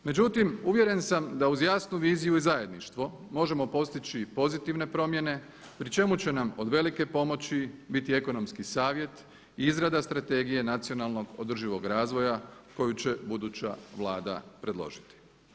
Međutim, uvjeren sam da uz jasnu viziju i zajedništvo možemo postići i pozitivne promjene pri čemu će nam od velike pomoći biti ekonomski savjet i izrada strategije nacionalnog održivog razvoja koju će buduća Vlada predložiti.